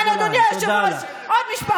כן, אדוני היושב-ראש, עוד משפט.